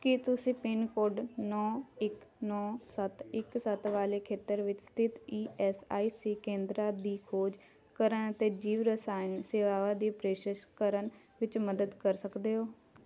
ਕੀ ਤੁਸੀਂ ਪਿੰਨਕੋਡ ਨੌ ਇੱਕ ਨੌ ਸੱਤ ਇੱਕ ਸੱਤ ਵਾਲੇ ਖੇਤਰ ਵਿੱਚ ਸਥਿਤ ਈ ਐੱਸ ਆਈ ਸੀ ਕੇਂਦਰਾਂ ਦੀ ਖੋਜ ਕਰਨ ਅਤੇ ਜੀਵ ਰਸਾਇਣ ਸੇਵਾਵਾਂ ਦੀ ਪੇਸ਼ਕਸ਼ ਕਰਨ ਵਿੱਚ ਮਦਦ ਕਰ ਸਕਦੇ ਹੋ